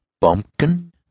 Bumpkin